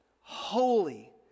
holy